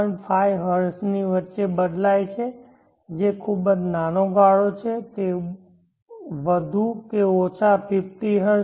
5 હર્ટ્ઝની વચ્ચે બદલાય છે જે ખૂબ જ નાના ગાળો છે તે વધુ કે ઓછા 50 હર્ટ્ઝ છે